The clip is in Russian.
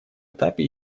этапе